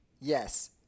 Yes